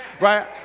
right